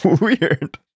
Weird